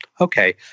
okay